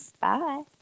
bye